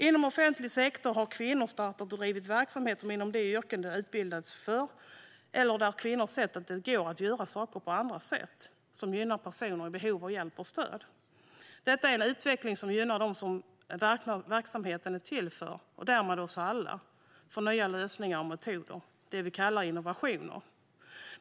Inom offentlig sektor har kvinnor startat och drivit verksamhet inom de yrken de har utbildats för eller där kvinnor har sett att det går att göra saker på andra sätt som gynnar personer i behov av hjälp och stöd. Detta är en utveckling som gynnar dem som verksamheten är till för - och därmed alla - genom nya lösningar och metoder. Det är det vi kallar innovationer.